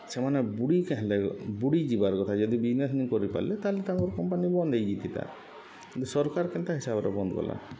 ସେମାନେ ବୁଡ଼ି କେଁ ହେଲେ ବୁଡ଼ି ଯିବାର୍ କଥା ଯଦି ବିଜ୍ନେସ୍ ନି କରିପାର୍ଲେ ତା'ହେଲେ ତାଙ୍କର୍ କମ୍ପାନୀ ବନ୍ଦ୍ ହେଇଥିତା କିନ୍ତୁ ସର୍କାର୍ କେନ୍ତା ହିସାବେ ବନ୍ଦ୍ କଲା